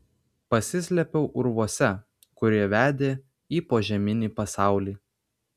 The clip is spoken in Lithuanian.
pasislėpiau urvuose kurie vedė į požeminį pasaulį